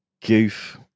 goof